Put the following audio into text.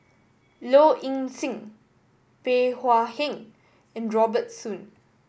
Low Ing Sing Bey Hua Heng and Robert Soon